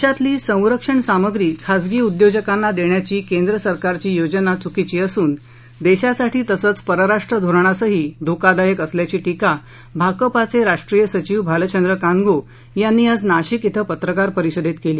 देशातील संरक्षण सामग्री उत्पादन खासगी उद्योजकांना देण्याची केंद्र सरकारची योजना चकीची असन देशासाठी परराष्ट् धोरणासही धोकादायक असल्याची टीका भाकपाचे राष्ट्रीय सचिव भालचंद्र कानगो यांनी आज नाशिक येथे पत्रकार परिषदेत केली